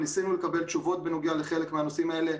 ניסינו לקבל תשובות בנוגע לחלק מהנושאים האלה,